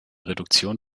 reduktion